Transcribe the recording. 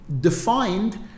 defined